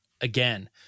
again